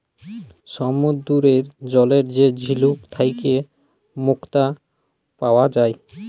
সমুদ্দুরের জলে যে ঝিলুক থ্যাইকে মুক্তা পাউয়া যায়